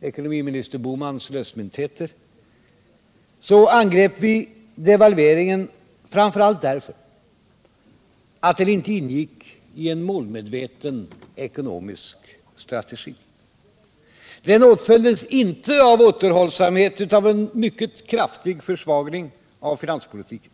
ekonomiminister Bohmans lösmyntheter devalveringen framför allt därför att den inte ingick i en målmedveten ekonomisk strategi. Den åtföljdes inte av återhållsamhet utan av en mycket kraftig försvagning av finanspolitiken.